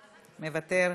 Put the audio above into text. מוותר,